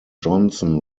johnson